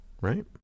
right